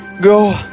Go